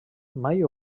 mai